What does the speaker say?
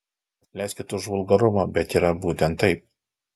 atleiskit už vulgarumą bet yra būtent taip